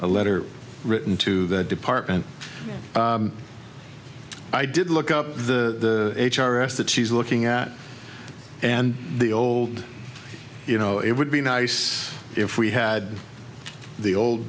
letter written to that department i did look up the h r s that she's looking at and the old you know it would be nice if we had the old